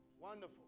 Wonderful